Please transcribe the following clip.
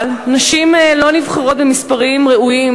אבל נשים לא נבחרות במספרים ראויים,